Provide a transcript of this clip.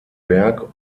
berg